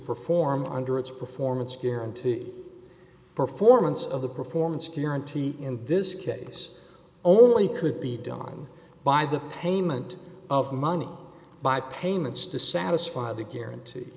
perform under its performance guarantee performance of the performance guaranteed in this case only could be done by the payment of money by payments to satisfy the guarantee